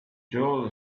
joel